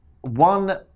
one